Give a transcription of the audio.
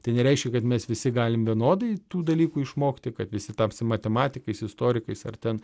tai nereiškia kad mes visi galim vienodai tų dalykų išmokti kad visi tapsim matematikais istorikais ar ten